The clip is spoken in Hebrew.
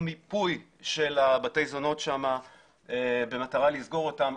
מיפוי של בתי הזונות שם במטרה לסגור אותם.